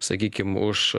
sakykim už